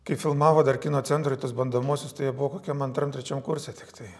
kai filmavo dar kino centrui tuos bandomuosius tai jie buvo kokiam antram trečiam kurse tiktai